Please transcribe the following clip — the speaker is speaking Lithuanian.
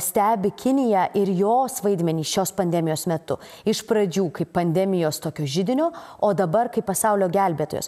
stebi kiniją ir jos vaidmenį šios pandemijos metu iš pradžių kai pandemijos tokio židinio o dabar kaip pasaulio gelbėtojos